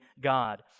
God